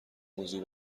موضوع